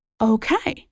Okay